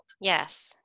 Yes